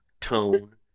tone